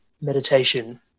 meditation